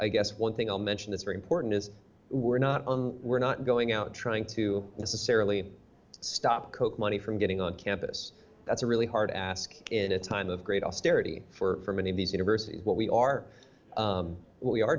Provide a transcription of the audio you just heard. i guess one thing i'll mention this very important is we're not we're not going out trying to necessarily stop coke money from getting on campus that's a really hard ask in a time of great austerity for many of these universities what we are what we are